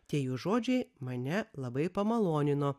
tie jų žodžiai mane labai pamalonino